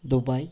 Dubai